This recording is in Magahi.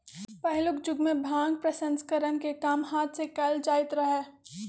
पहिलुक जुगमें भांग प्रसंस्करण के काम हात से कएल जाइत रहै